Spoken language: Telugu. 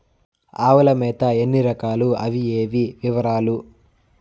ఆవుల మేత ఎన్ని రకాలు? అవి ఏవి? వివరాలు?